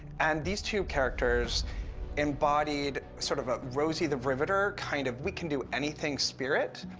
and these two characters embodied sort of a rosie the riveter kind of, we can do anything, spirit.